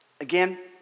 again